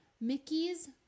Mickey's